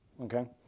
okay